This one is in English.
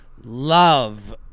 love